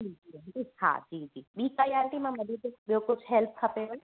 जी जी आंटी हा जी जी ॿीं काई आंटी मां मदद ॿियों कुझु हेल्प खपेव